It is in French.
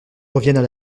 reviennent